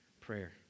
Prayer